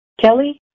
Kelly